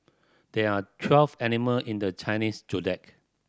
there are twelve animal in the Chinese Zodiac